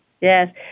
yes